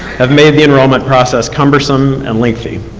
have made the enrollment process cumbersome, and lengthy.